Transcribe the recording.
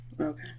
Okay